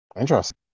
interesting